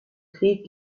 krieg